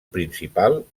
principal